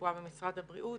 רפואה במשרד הבריאות.